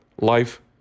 life